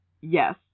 yes